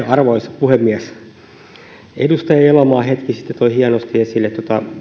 arvoisa puhemies edustaja elomaa hetki sitten toi hienosti esille